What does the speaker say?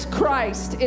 Christ